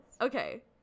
okay